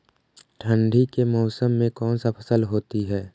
ठंडी के मौसम में कौन सा फसल होती है?